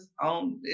on